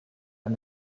and